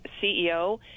CEO